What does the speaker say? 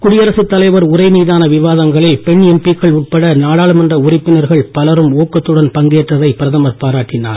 குடியரசு தலைவர் உரை மீதான விவாதங்களில் பெண் எம்பிக்கள் நாடாளுமன்ற உறுப்பினர்கள் பலரும் ஊக்கத்துடன் உட்பட பங்கேற்றதை பிரதமர் பாராட்டினார்